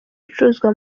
ibicuruzwa